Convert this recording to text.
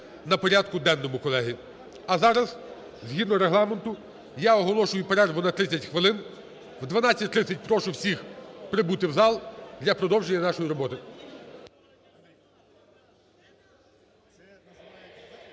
на порядку денному, колеги. А зараз згідно Регламенту я оголошую перерву на 30 хвилин. О 12:30 прошу всіх прибути в зал для продовження нашої роботи.